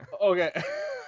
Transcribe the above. Okay